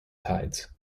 tides